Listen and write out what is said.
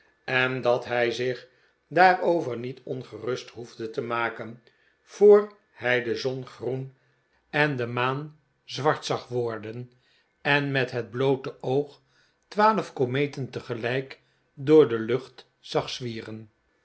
en dat hij zich daarover niet ongerust hoefde te maken voor hij de zon groen en de maan zwart zag worden en met het bloote oog twaalf kometen tegelijk door de lucht zag zwieren